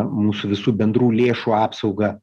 mūsų visų bendrų lėšų apsaugą